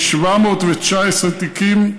כ-719 תיקים,